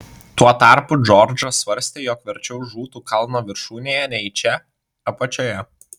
tuo tarpu džordžas svarstė jog verčiau žūtų kalno viršūnėje nei čia apačioje